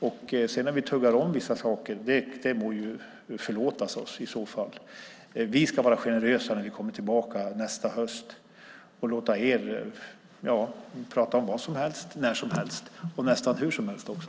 Om vi sedan tuggar om vissa saker må det förlåtas oss. Vi ska vara generösa när vi kommer tillbaka nästa höst och låta er prata om vad som helst, när som helst och nästan hur som helst också!